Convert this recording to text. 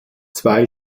zwei